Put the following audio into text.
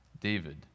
David